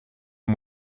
was